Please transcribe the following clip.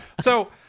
So-